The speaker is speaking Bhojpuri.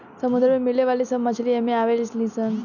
समुंदर में मिले वाली सब मछली एमे आवे ली सन